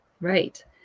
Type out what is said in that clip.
Right